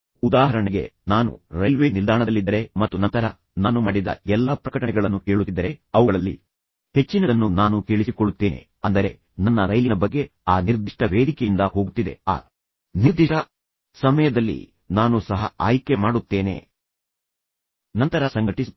ಉದಾಹರಣೆಗೆ ನಾನು ರೈಲ್ವೇ ನಿಲ್ದಾಣದಲ್ಲಿದ್ದರೆ ಮತ್ತು ನಂತರ ನಾನು ಮಾಡಿದ ಎಲ್ಲಾ ಪ್ರಕಟಣೆಗಳನ್ನು ಕೇಳುತ್ತಿದ್ದರೆ ಅವುಗಳಲ್ಲಿ ಹೆಚ್ಚಿನದನ್ನು ನಾನು ಕೇಳಿಸಿಕೊಳ್ಳುತ್ತೇನೆ ಆದರೆ ನಾನು ಆ ಒಂದು ಮಾಹಿತಿಯನ್ನು ಕೇಳಿಸಿಕೊಳ್ಳುತ್ತೇನೆ ಅಂದರೆ ನನ್ನ ರೈಲಿನ ಬಗ್ಗೆ ಆ ನಿರ್ದಿಷ್ಟ ವೇದಿಕೆಯಿಂದ ಹೋಗುತ್ತಿದೆ ಆ ನಿರ್ದಿಷ್ಟ ಸಮಯದಲ್ಲಿ ಆದ್ದರಿಂದ ನಾನು ಸಹ ಆಯ್ಕೆ ಮಾಡುತ್ತೇನೆ ನಂತರ ನಾನು ಸಂಘಟಿಸುತ್ತೇನೆ